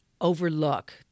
overlook